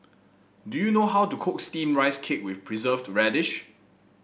do you know how to cook steamed Rice Cake with Preserved Radish